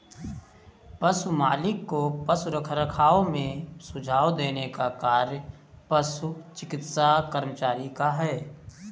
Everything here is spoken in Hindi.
पशु मालिक को पशु रखरखाव में सुझाव देने का कार्य पशु चिकित्सा कर्मचारी का है